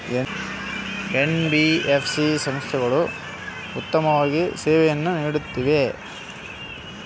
NBFC ಸಂಸ್ಥೆಗಳು ಎಷ್ಟು ಉತ್ತಮವಾಗಿ ಸೇವೆಯನ್ನು ನೇಡುತ್ತವೆ?